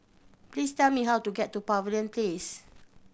please tell me how to get to Pavilion Place